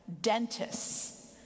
dentists